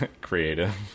creative